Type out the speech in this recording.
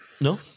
No